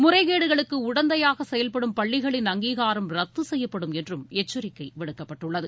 முறைகேடுகளுக்கு உடந்தையாக செயல்படும் பள்ளிகளின் அங்கீகாரம் ரத்து செய்யப்படும் என்றும் எச்சரிக்கை விடுக்கப்பட்டுள்ளது